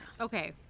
okay